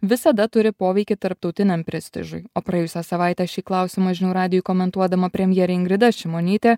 visada turi poveikį tarptautiniam prestižui o praėjusią savaitę šį klausimą žinių radijui komentuodama premjerė ingrida šimonytė